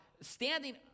standing